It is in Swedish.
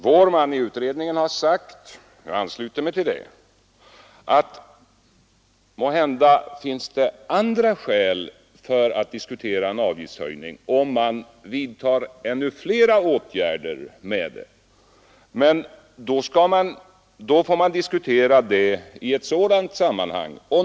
Vår man i utredningen har sagt, och jag ansluter mig till det, att måhända finns det andra skäl för att diskutera en avgiftshöjning, om det vidtas ännu flera åtgärder, men då får man diskutera det i ett sådant sammanhang.